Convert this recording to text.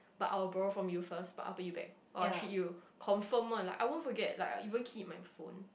but I will borrow from you first but after you back I will treat you confirm one like I won't forget like I even keep it in my phone